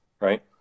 right